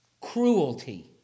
Cruelty